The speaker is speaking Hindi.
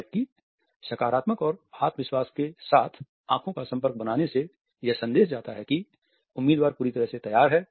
जबकि सकारात्मक और आत्मविश्वास के साथ आंखों का संपर्क बनाने से यह संदेश जाता है कि उम्मीदवार पूरी तरह से तैयार है